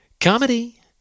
Comedy